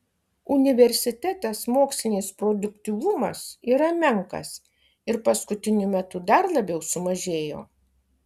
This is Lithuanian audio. universitetas mokslinis produktyvumas yra menkas ir paskutiniu metu dar labiau sumažėjo